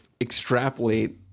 extrapolate